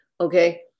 Okay